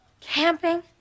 Camping